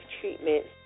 treatment